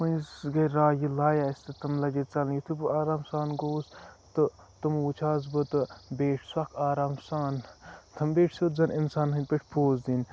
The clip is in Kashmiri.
پٔنٛزِس گٔے راے یِہ لایہِ اَسہِ تہٕ تِم لَگے ژَلنہِ تہٕ یُتھٕے بہٕ آرام سان گووُس تہٕ تمو وُچھ ہَس بہٕ تہٕ بیٖٹھ سۄکھٕ آرام سان تِم بیٖٹھ سیوٚد زَن اِنسانَن ہٕنٛد پٲٹھۍ پوز دِنہٕ